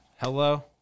Hello